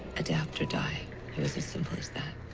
adapt or die, it was as simple as that.